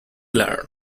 learn